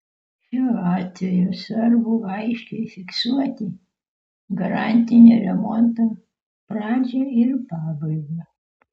šiuo atveju svarbu aiškiai fiksuoti garantinio remonto pradžią ir pabaigą